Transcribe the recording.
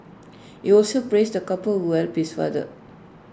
he also praised the couple who helped his father